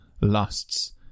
lusts